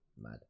Mad